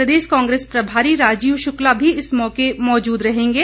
प्रदेश कांग्रेस प्रभारी राजीव शुक्ला भी इस मौके मौजूद रहेंगे